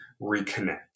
reconnect